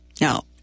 Now